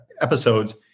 episodes